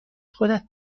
خودت